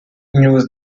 news